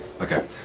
Okay